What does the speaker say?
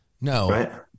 No